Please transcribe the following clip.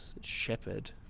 shepherd